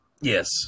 Yes